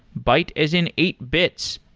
byte as in eight bits.